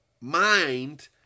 Mind